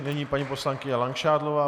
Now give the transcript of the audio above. Nyní paní poslankyně Langšádlová.